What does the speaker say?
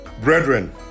Brethren